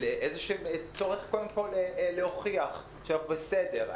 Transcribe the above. של צורך קודם כול להוכיח ש: אנחנו בסדר,